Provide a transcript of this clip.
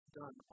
done